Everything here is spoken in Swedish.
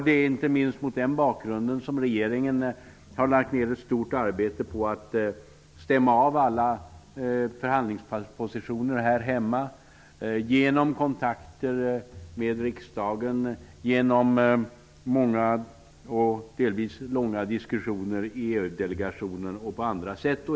Det är inte minst mot den bakgrunden som regeringen har lagt ned ett stort arbete på att stämma av alla förhandlingspositioner här hemma med hjälp av kontakter med riksdagen och många och långa diskussioner i EU-delegationen.